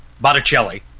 Botticelli